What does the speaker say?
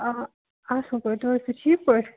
آ اصٕل پٲٹھۍ تُہۍ ٲسۍوٕ ٹھیٖک پٲٹھۍ